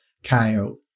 coyote